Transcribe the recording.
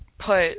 put